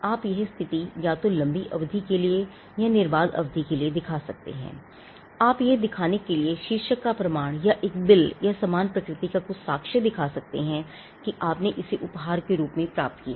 आप यह स्थिति या तो लंबी अवधि के लिए या निर्बाध अवधि के लिए दिखा सकते हैं या आप यह दिखाने के लिए शीर्षक का प्रमाण या एक बिल या समान प्रकृति का कुछ साक्ष्य दिखा सकते हैं कि आपने इसे उपहार के रूप में प्राप्त किया है